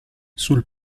sul